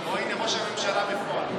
אוה, הינה ראש הממשלה בפועל.